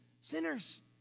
sinners